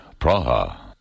Praha